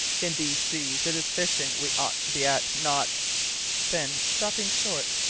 in these seas it is fishing we ought to be at, not then, stopping short,